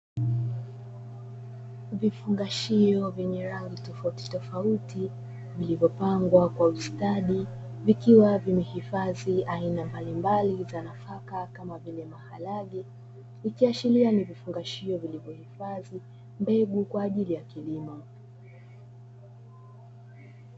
Vifungashio vyenye rangi tofauti tofauti, vilivyo pangwa kwa ustadi vikiwa vimehifadhi aina mbalimbali za nafaka kama vile maharage, ikiashiria ni vifungashio vilivyo hifadhi mbegu kwa ajili ya kilimo.